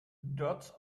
dots